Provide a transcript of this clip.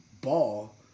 ball